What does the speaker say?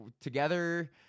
together